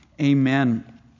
Amen